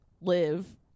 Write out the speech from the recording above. live